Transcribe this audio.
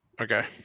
Okay